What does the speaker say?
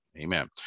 Amen